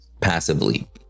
passively